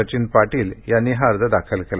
सचिन पाटील यांनी हा अर्ज दाखल केला